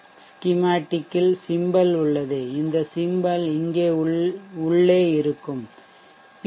Schematic இல் symbol உள்ளது இந்த symbol இங்கே உள்ளே இருக்கும் பி